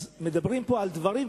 מדברים פה על דברים,